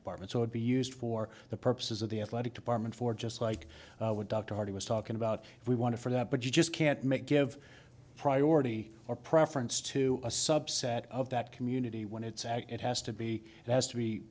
department would be used for the purposes of the athletic department for just like what dr harding was talking about if we want to for that but you just can't make give priority or preference to a subset of that community when it's and it has to be it has to be